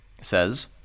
says